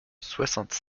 soixante